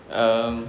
um